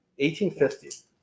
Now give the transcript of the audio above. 1850